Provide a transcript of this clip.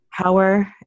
power